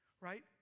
right